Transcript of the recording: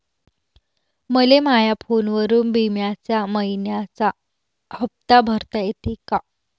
मले माया फोनवरून बिम्याचा मइन्याचा हप्ता भरता येते का?